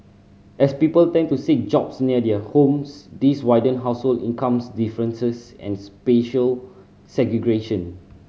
as people tend to seek jobs near their homes this widen household incomes differences and spatial segregation